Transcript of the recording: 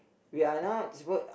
we are not supposed